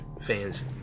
fans